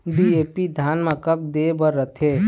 DAP धान मे कब दे बर रथे?